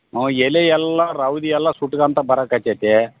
ಹ್ಞೂ ಎಲೆ ಎಲ್ಲ ರೌದೆ ಎಲ್ಲ ಸುಟ್ಗೊಂತ ಬರಕ್ಕೆ ಹತ್ತೈತೆ